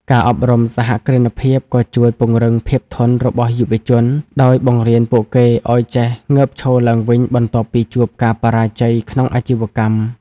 ការអប់រំសហគ្រិនភាពក៏ជួយពង្រឹង "ភាពធន់" របស់យុវជន ដោយបង្រៀនពួកគេឱ្យចេះងើបឈរឡើងវិញបន្ទាប់ពីជួបការបរាជ័យក្នុងអាជីវកម្ម។